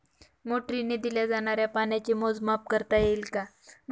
मोटरीने दिल्या जाणाऱ्या पाण्याचे मोजमाप करता येईल का?